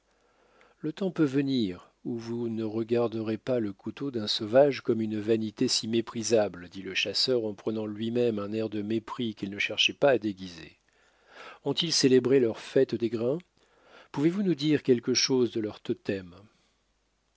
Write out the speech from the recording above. le temps peut venir où vous ne regarderez pas le couteau d'un sauvage comme une vanité si méprisable dit le chasseur en prenant lui-même un air de mépris qu'il ne cherchait pas à déguiser ont-ils célébré leur fête des grains pouvez-vous nous dire quelque chose de leurs